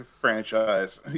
franchise